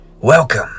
Welcome